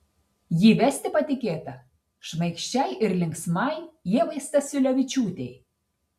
jį vesti patikėta šmaikščiai ir linksmai ievai stasiulevičiūtei